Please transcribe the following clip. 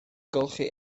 golchi